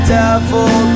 devil